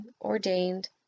ordained